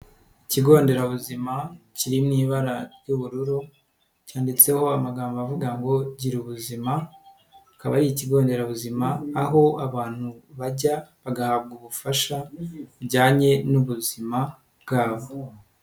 Ikigo nderabuzima kiri mu ibara ry'ubururu cyanditseho amagambo avuga ngo gira ubuzima, akaba ari ikigo nderabuzima aho abantu bajya bagahabwa ubufasha bujyanye n'ubuzima bwabo.